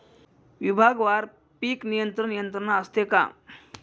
विभागवार पीक नियंत्रण यंत्रणा असते का?